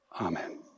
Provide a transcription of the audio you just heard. Amen